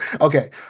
okay